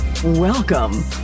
Welcome